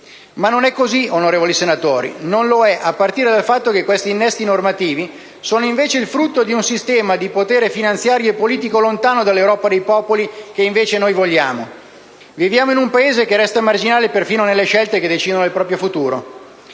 Ma non è così, onorevoli senatori, non lo è, a partire dal fatto che questi innesti normativi sono invece il frutto di un sistema di potere finanziario e politico lontano dall'Europa dei popoli che invece noi vogliamo. Viviamo in un Paese che resta marginale perfino nelle scelte che decidono il suo futuro.